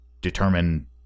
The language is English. determine